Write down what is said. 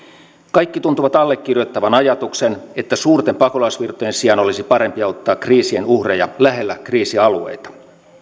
kaikki tuntuvat allekirjoittavan ajatuksen että suurten pakolaisvirtojen sijaan olisi parempi auttaa kriisien uhreja lähellä kriisialueita